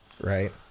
right